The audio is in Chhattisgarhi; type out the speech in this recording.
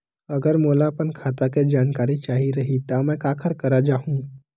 अगर मोला अपन खाता के जानकारी चाही रहि त मैं काखर करा जाहु?